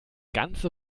ganze